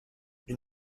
une